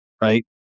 right